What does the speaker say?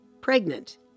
pregnant